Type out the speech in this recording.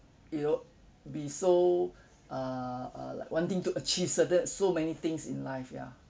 you know be so err uh like wanting to achieve certa~ so many things in life ya